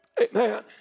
Amen